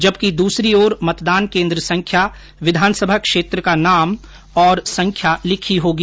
जबकि दूसरी तरफ मतदान केन्द्र संख्या विधानसभा क्षेत्र का नाम और संख्या लिखी होगी